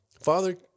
Father